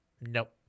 Nope